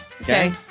Okay